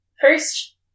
first